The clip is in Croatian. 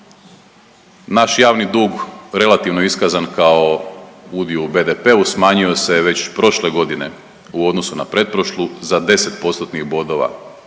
naš javni dug relativno iskazan kao udio u BDP-u smanjio se već prošle godine u odnosu na pretprošlu za 10 postotnih